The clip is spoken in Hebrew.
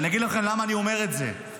ואני אגיד לכם למה אני אומר את זה,